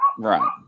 Right